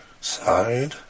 Side